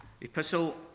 epistle